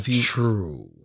true